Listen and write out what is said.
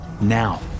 now